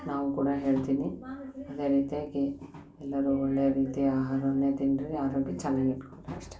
ನಾವೂ ಕೂಡ ಹೇಳ್ತೀನಿ ಅದೇ ರೀತಿಯಾಗಿ ಎಲ್ಲರೂ ಒಳ್ಳೆಯ ರೀತಿಯ ಆಹಾರವನ್ನೇ ತಿನ್ನಿರಿ ಆರೋಗ್ಯ ಚೆನ್ನಾಗಿ ಇಟ್ಕೊಳ್ಳಿ ಅಷ್ಟೇ